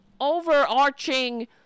overarching